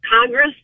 Congress